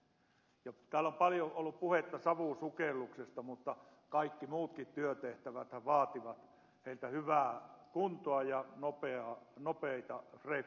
täällä on paljon ollut puhetta savusukelluksesta mutta kaikki muutkin työtehtävät vaativat heiltä hyvää kuntoa ja nopeita refleksejä